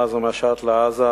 מאז המשט לעזה,